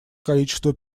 количество